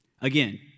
Again